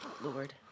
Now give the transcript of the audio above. Lord